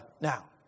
now